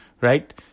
right